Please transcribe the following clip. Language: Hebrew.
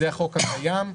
זה החוק הקיים.